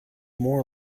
more